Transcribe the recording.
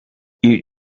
you